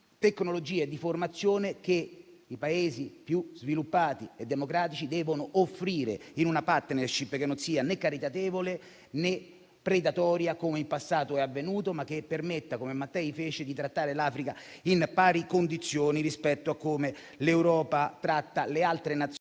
tecnologie e formazione che i Paesi più sviluppati e democratici devono offrire, in una *partnership* che non sia né caritatevole, né predatoria, come in passato è avvenuto, ma che permetta, come Mattei fece, di trattare l'Africa in pari condizioni rispetto a come l'Europa tratta le altre Nazioni